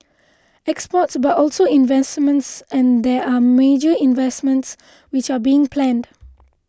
exports but also investments and there are major investments which are being planned